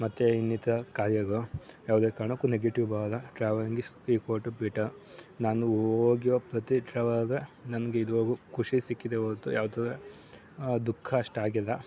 ಮತ್ತೆ ಇನ್ನಿತ ಕಾಯೋದು ಯಾವುದೇ ಕಾರಣಕ್ಕೂ ನೆಗೆಟಿವ್ ಬರಲ್ಲ travelling is equal to better ನಾನು ಹೋಗಿರೊ ಪ್ರತಿ ಟ್ರಾವಲ್ಗೆ ನಮಗೆ ಇದುವರೆಗೂ ಖುಷಿ ಸಿಕ್ಕಿದೆ ಹೊರತು ಯಾವತ್ತೂ ದುಃಖ ಅಷ್ಟಾಗಿಲ್ಲ